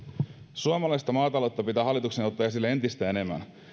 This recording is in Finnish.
suomalaista maataloutta pitää hallituksen ottaa esille entistä enemmän